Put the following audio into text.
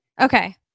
Okay